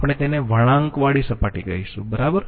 આપણે તેને વળાંકવાળી સપાટી કહીશું બરાબર